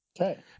Okay